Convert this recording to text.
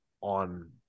on